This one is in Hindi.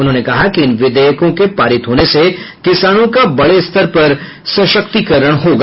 उन्होंने कहा कि इन विधेयकों के पारित होने से किसानों का बड़े स्तर पर सशक्तिकरण होगा